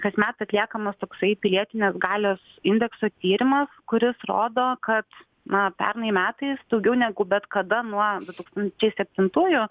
kasmet atliekamas toksai pilietinės galios indekso tyrimas kuris rodo kad na pernai metais daugiau negu bet kada nuo du tūkstančiai septintųjų